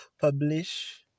publish